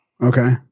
Okay